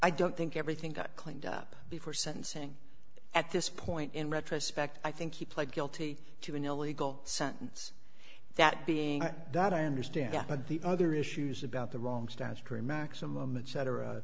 i don't think everything got cleaned up before sentencing at this point in retrospect i think he pled guilty to an illegal sentence that being that i understand but the other issues about the wrong statutory maximum and cetera